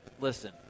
listen